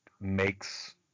makes